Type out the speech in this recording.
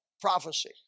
prophecy